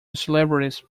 celebrities